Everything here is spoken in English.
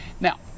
Now